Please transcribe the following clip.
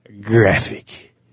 graphic